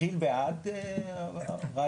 כיל בעד הרעיון,